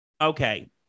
Okay